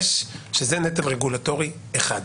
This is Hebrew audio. שזה נטל רגולטורי אחד.